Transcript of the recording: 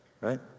right